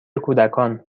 کودکان